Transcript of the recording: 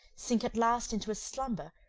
sink at last into a slumber,